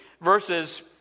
verses